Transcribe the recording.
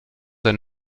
and